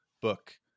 book